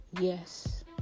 yes